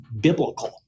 biblical